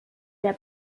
der